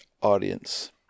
audience